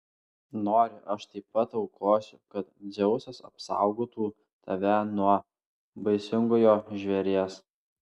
nori aš taip pat aukosiu kad dzeusas apsaugotų tave nuo baisingojo žvėries